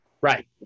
Right